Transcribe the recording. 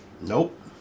Nope